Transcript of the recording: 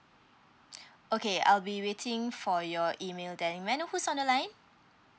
okay I'll be waiting for your email then may I know who's on the line